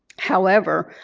however,